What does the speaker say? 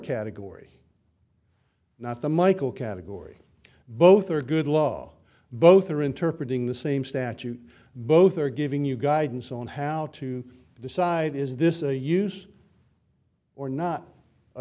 category not the michael category both are good law both are interpreted in the same statute both are giving you guidance on how to decide is this a use or not